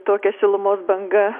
tokia šilumos banga